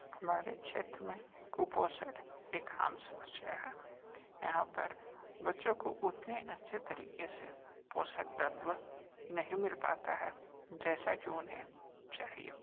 हमारे क्षेत्र में कुपोषण एक आम समस्या है यहाँ पर बच्चों को उतने अच्छे तरीके से पोषक तत्व नहीं मिल पाता है जैसा कि उन्हें चाहिए